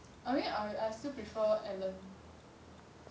I mean I I still prefer alan